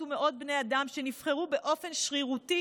ומאות בני אדם שנבחרו באופן שרירותי